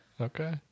Okay